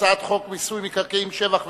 הצעת חוק מיסוי מקרקעין (שבח ורכישה)